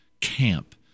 Camp